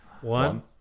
One